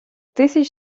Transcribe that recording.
тисяч